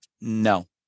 No